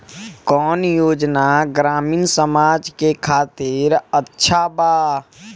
कौन योजना ग्रामीण समाज के खातिर अच्छा बा?